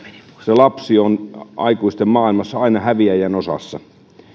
lapsi on aikuisten maailmassa aina häviäjän osassa